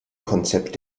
konzept